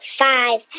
five